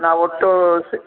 ನಾವು ಒಟ್ಟು ಸಿ